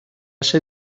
ser